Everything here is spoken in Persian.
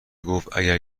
گفتاگر